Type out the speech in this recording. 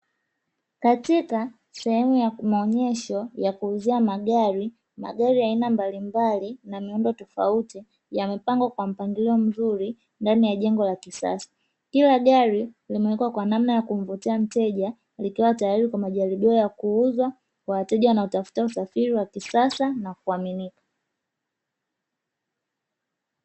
Katika sehemu ya maonyesho ya kuuzia magari, magari ya aina mbalimbali na miundo tofauti yamepangwa kwa mpangilio mzuri, ndani ya jengo la kisasa, kila gari limewekwa kwa namna ya kumvutia mteja likiwa tayari kwa majaribio ya kuuzwa, kwa wateja wanaotafuta usafiri wa kisasa na wa kuaminika.